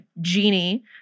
genie